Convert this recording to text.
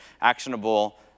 actionable